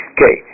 Okay